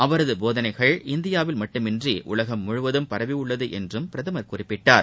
அவரது போதனைகள் இந்தியாவில் மட்டுமின்றி உலகம் முழுவதும் பரவி உள்ளது என்றும் அவர் குறிப்பிட்டுள்ளார்